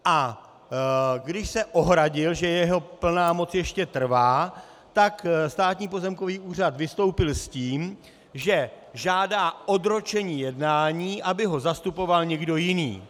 A když se ohradil, že jeho plná moc ještě trvá, tak Státní pozemkový úřad vystoupil s tím, že žádá odročení jednání, aby ho zastupoval někdo jiný.